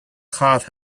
cloth